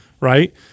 Right